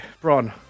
Bron